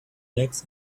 legs